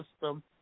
system